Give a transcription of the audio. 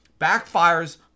backfires